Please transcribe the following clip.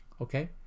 Okay